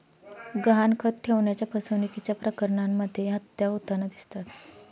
गहाणखत ठेवण्याच्या फसवणुकीच्या प्रकरणांमध्येही हत्या होताना दिसतात